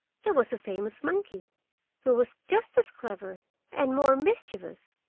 there was a famous monkey who was just as clever and more mischievous,